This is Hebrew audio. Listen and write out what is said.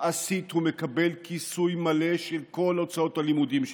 מעשית הוא מקבל כיסוי מלא של כל הוצאות הלימודים שלו.